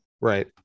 Right